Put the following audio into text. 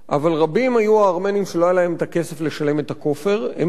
אבל רבים היו הארמנים שלא היה להם את הכסף לשלם את הכופר והתגייסו,